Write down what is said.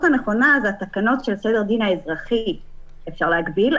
הנכונה זה שבתקנות של סדר הדין האזרחי אפשר להגביל,